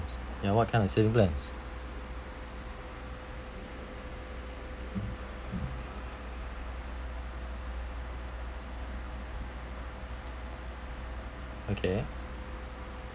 ya what kind of savings plan okay